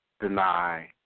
Deny